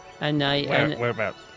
Whereabouts